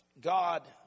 god